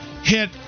hit